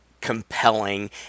compelling